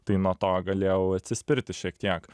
tai nuo to galėjau atsispirti šiek tiek